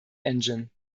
engine